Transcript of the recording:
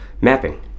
mapping